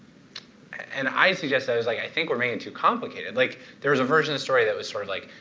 and i suggested, i was like, i think we're making it too complicated. like, there was a version of the story that was sort of like,